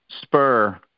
Spur